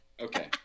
Okay